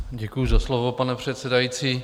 Děkuji za slovo, pane předsedající.